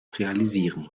realisieren